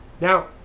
now